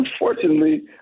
unfortunately